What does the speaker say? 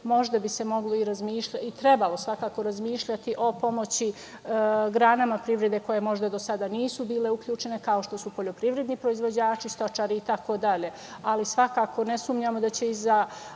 možda moglo i trebalo svakako razmišljati o pomoći granama privrede koje možda do sada nisu bile uključene, kao što su poljoprivredni proizvođači, stočari itd, ali svakako ne sumnjamo da će iza